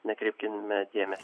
nekreipkime dėmesio